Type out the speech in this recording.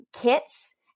kits